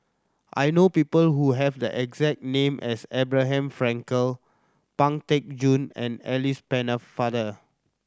I know people who have the exact name as Abraham Frankel Pang Teck Joon and Alice Pennefather